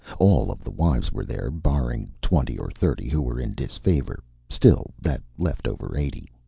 all of the wives were there, barring twenty or thirty who were in disfavor still, that left over eighty.